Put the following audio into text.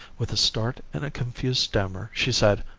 with a start and a confused stammer she said,